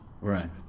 right